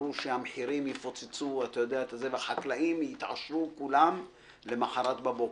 אמרו שהמחירים יפוצצו וכל החקלאים יתעשרו למוחרת בבוקר.